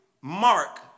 mark